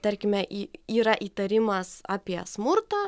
tarkime į yra įtarimas apie smurtą